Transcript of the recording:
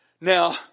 Now